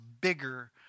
bigger